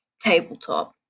Tabletop